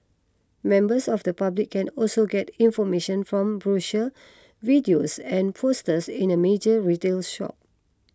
members of the public can also get information from brochures videos and posters in a major retails shops